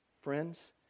friends